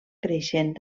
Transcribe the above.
creixent